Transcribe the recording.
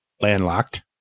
landlocked